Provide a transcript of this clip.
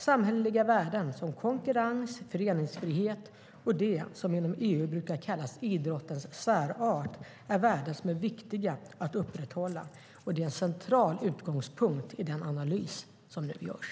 Samhälleliga värden som konkurrens, föreningsfrihet och det som inom EU brukar kallas idrottens särart är värden som är viktiga att upprätthålla. Detta är en central utgångspunkt i den analys som nu görs.